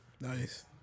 nice